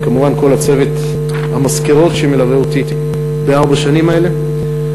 וכמובן כל צוות המזכירות שמלווה אותי בארבע השנים האלה.